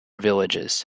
villages